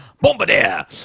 Bombardier